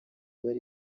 bari